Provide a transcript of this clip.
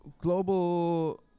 global